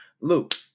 Luke